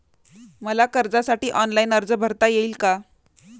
मला कर्जासाठी ऑनलाइन अर्ज भरता येईल का?